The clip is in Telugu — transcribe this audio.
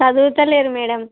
చదువుతలేడు మ్యాడమ్